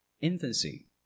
infancy